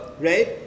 right